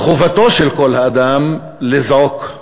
חובתו של כל אדם לזעוק.